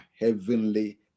heavenly